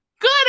good